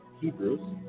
Hebrews